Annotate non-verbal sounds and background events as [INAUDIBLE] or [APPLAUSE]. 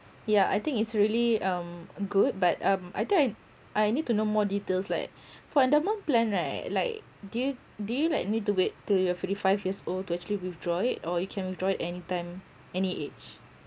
yeah I think it's really um um good but um I think I I need to know more details like [BREATH] for endowment plan right like do you do you like need to wait till you're forty five years old to actually withdraw it or you can withdraw it anytime any age